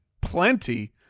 plenty